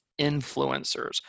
influencers